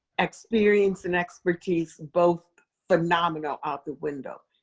experience and expertise, both phenomenal out the window.